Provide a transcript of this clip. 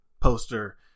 poster